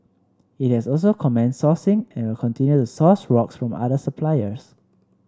it has also commenced sourcing and will continue to source rocks from other suppliers